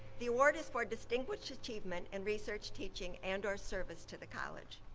the award is for distinguished achievement and research, teaching, and or service to the college.